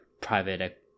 private